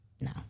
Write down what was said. No